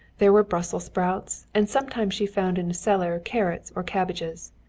there were brussels sprouts, and sometimes she found in cellar carrots or cabbages.